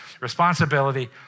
responsibility